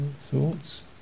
Thoughts